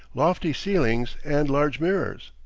lofty ceilings, and large mirrors.